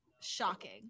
shocking